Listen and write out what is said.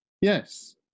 Yes